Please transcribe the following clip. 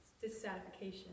dissatisfaction